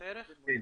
כן.